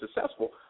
successful